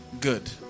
Good